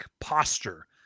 posture